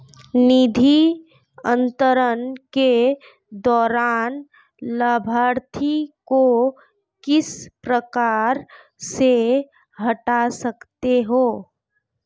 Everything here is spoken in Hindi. निधि अंतरण के दौरान लाभार्थी को किस प्रकार से हटा सकते हैं?